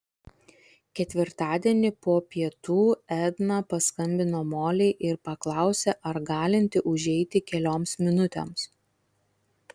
ketvirtadienį po pietų edna paskambino molei ir paklausė ar galinti užeiti kelioms minutėms